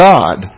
God